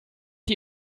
die